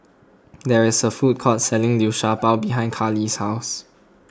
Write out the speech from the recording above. there is a food court selling Liu Sha Bao behind Karli's house